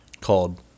called